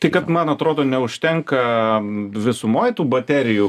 tai kad man atrodo neužtenka visumoj tų baterijų